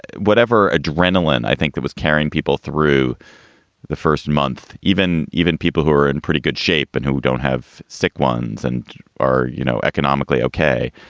whatever adrenaline i think that was carrying people through the first month, even even people who are in pretty good shape and who don't have sick ones and are, you know, economically. okay,